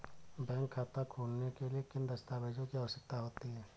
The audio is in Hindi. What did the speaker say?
बैंक खाता खोलने के लिए किन दस्तावेजों की आवश्यकता होती है?